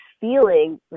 feeling